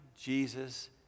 Jesus